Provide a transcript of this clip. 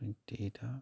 ꯇ꯭ꯋꯦꯟꯇꯤꯗ